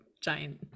giant